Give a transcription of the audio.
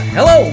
Hello